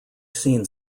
seen